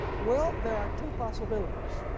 well there are two possibilities.